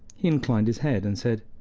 he inclined his head and said,